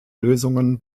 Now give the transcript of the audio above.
lösungen